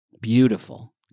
Beautiful